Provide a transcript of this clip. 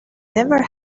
never